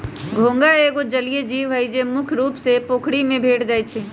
घोंघा एगो जलिये जीव हइ, जे मुख्य रुप से पोखरि में भेंट जाइ छै